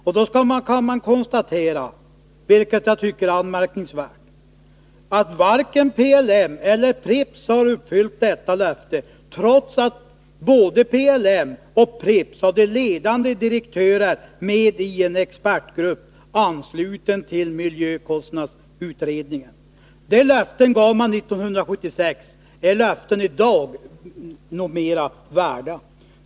Man kan konstatera, vilket jag tycker är anmärkningsvärt, att varken PLM eller Pripps har uppfyllt dessa löften, trots att både PLM och Pripps hade ledande direktörer med i en expertgrupp ansluten till miljökostnadsutredningen. Dessa löften gav man 1976 — är löftena av i dag mera värda?